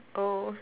oh